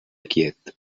quiet